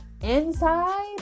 inside